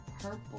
Purple